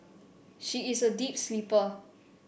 she is a deep sleeper